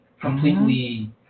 completely